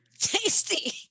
Tasty